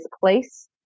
place